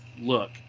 look